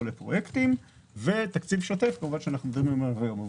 לפרויקטים ותקציב שוטף שאנחנו מדברים עליו היום.